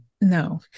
No